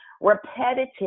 repetitive